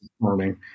performing